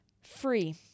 Free